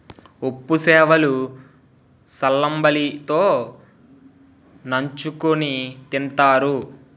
ఉప్పు సేప లు సల్లంబలి తో నంచుకుని తింతారు